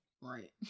Right